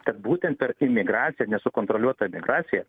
kad būtent per imigraciją nesukontroliuotą imigraciją